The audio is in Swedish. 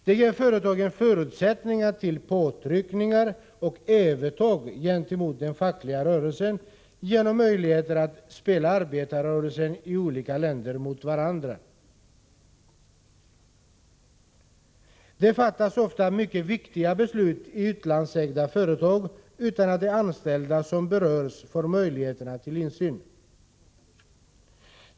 Det ger företagen förutsättningar till påtryckningar och övertag gentemot den fackliga rörelsen genom möjligheten att spela ut arbetarrörelsens företrädare i olika länder mot varandra. Det fattas ofta mycket viktiga beslut i utlandsägda företag utan att de anställda som berörs får möjlighet till insyn.